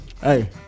hey